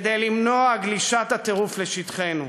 כדי למנוע גלישת הטירוף לשטחנו.